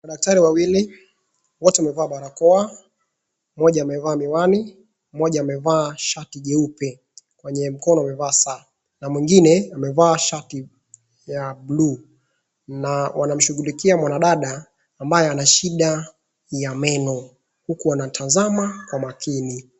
Madaktari wawili, wote wamevaa barakoa. Mmoja amevaa miwani, mmoja amevaa shati jeupe kwenye mkono amevaa saa na mwingine amevaa shati ya bluu na wanamshughulikia mwanadada ambaye anashida ya meno huku wanatazama kwa makini.